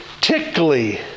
tickly